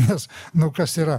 nes nu kas yra